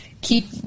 keep